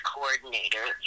Coordinator